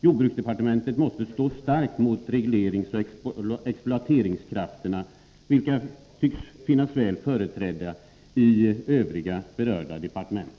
Jordbruksdepartementet måste stå starkt mot regleringsoch exploateringskrafterna, vilka tycks finnas väl företrädda i övriga berörda departement.